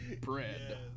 bread